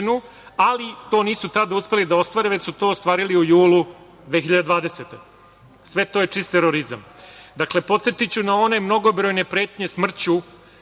ali to nisu uspeli da ostvare, već su to ostvarili u julu 2020. godine. Sve to je čist terorizam. Dakle, podsetiću na one mnogobrojne pretnje smrću,